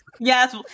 Yes